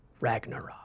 Ragnarok